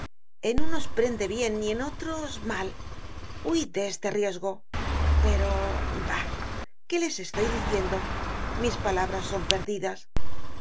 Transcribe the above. en unos prende bien y en otros mal huid de este riesgo pero bah qué les estoy diciendo mis palabras son perdidas